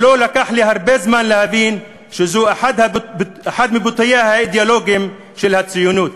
ולא לקח לי הרבה זמן להבין שזה אחד מביטוייה האידיאולוגיים של הציונות.